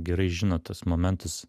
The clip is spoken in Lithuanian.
gerai žino tuos momentus